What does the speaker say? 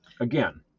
again